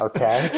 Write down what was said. Okay